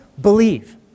believe